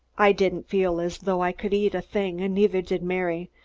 i didn't feel as though i could eat a thing and neither did mary,